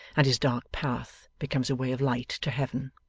and his dark path becomes a way of light to heaven.